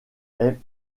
est